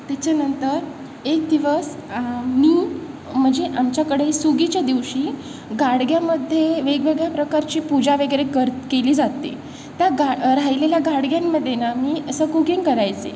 त्याच्यानंतर एक दिवस मी म्हणजे आमच्याकडे सुगीच्या दिवशी गाडग्यामध्ये वेगवेगळ्या प्रकारची पूजा वगैरे कर केली जाते त्या गा राहिलेल्या गाडग्यांमध्ये ना मी असं कुकिंग करायचे